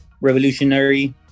revolutionary